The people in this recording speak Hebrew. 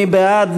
מי בעד?